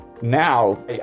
now